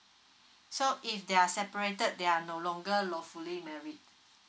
so if they are separated they are no longer lawfully married